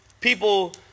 people